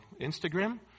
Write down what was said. Instagram